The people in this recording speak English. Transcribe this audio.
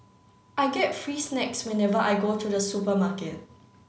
I get free snacks whenever I go to the supermarket